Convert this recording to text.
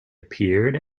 appeared